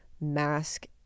mask